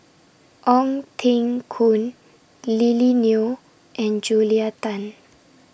Ong Teng Koon Lily Neo and Julia Tan